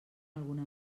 alguna